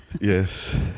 Yes